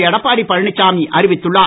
எடப்பாடி பழனிசாமி அறிவித்துள்ளார்